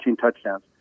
touchdowns